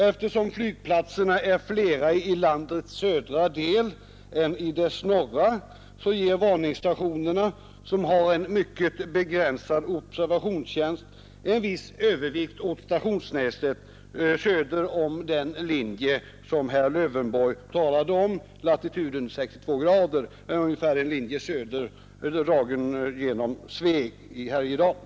Eftersom flygplatserna är fler i landets södra del än i dess norra ger varningsstationerna, som har en mycket begränsad observationstjänst, en viss övervikt åt stationsnätet söder om den linje som herr Lövenborg talade om, dvs. latitud 62 grader — eller en linje ungefär genom Sveg i Härjedalen.